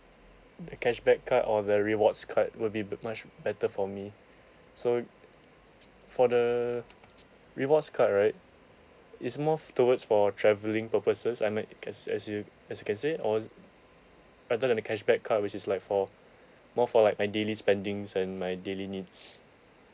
the cashback card or the rewards card will be much better for me so for the rewards card right is more towards for travelling purposes I mean as as you as you can say or other than the cashback card which is like for more for like my daily spending and my daily needs